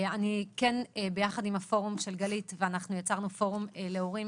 אני כן ביחד עם הפורום של גלית ואנחנו יצרנו פורום להורים,